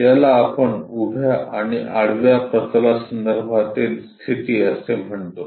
याला आपण उभ्या आणि आडव्या प्रतलांसंदर्भातील स्थिती असे म्हणतो